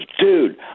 dude